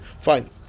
fine